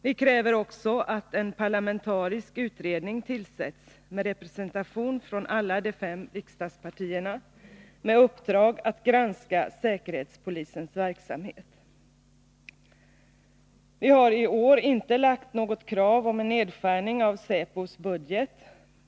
Vi kräver också att en parlamentarisk utredning tillsätts med representation från alla de fem riksdagspartierna med uppdrag att granska säkerhetspolisens verksamhet. Vi har i år inte lagt fram något krav om en nedskärning av säpos budget.